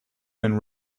been